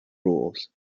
rules